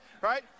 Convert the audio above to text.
right